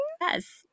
Yes